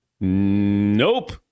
Nope